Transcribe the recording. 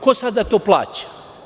Ko sada to plaća?